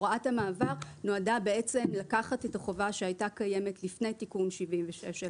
הוראת המעבר נועדה בעצם לקחת את החובה שהייתה קיימת לפני תיקון 76 של